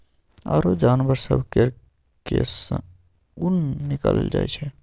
आरो जानबर सब केर केश सँ ऊन निकालल जाइ छै